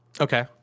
Okay